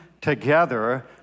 together